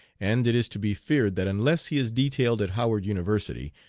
and it is to be feared that unless he is detailed at howard university,